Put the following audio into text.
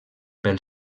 pel